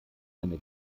eine